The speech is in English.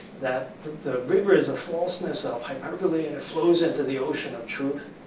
that the the river is a falseness of hyperbole, and it flows into the ocean of truth.